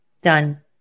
Done